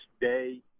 day